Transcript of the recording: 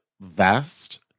vest